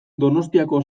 donostiako